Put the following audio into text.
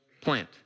plant